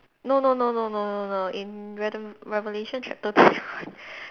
no no no no no no in reve~ revelation chapter twenty one